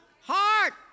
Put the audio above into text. heart